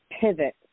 pivot